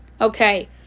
Okay